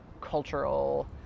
cultural